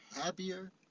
happier